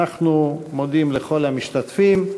אנחנו מודים לכל המשתתפים.